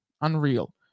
Unreal